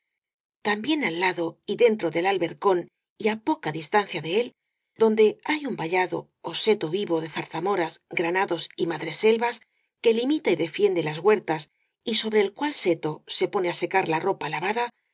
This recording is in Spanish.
también al lado y dentro del albercón y á poca distancia de él donde hay un vallado ó seto vivo de zarzamoras grana dos y madreselvas que limita y defiende las huer tas y sobre el cual seto se pone á secar la ropa